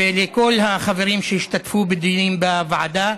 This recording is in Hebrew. ולכל החברים שהשתתפו בדיונים בוועדה.